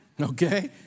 okay